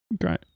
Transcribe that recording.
Great